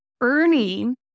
earning